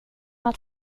att